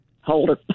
holder